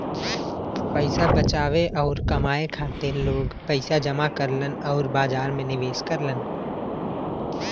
पैसा बचावे आउर कमाए खातिर लोग पैसा जमा करलन आउर बाजार में निवेश करलन